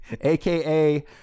aka